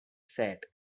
set